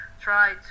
try